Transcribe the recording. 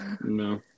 No